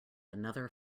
another